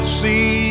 see